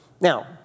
Now